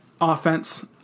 offense